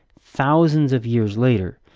thousands of years later.